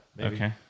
Okay